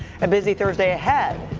a busy thursday ahead.